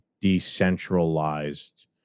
decentralized